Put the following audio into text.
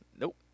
Nope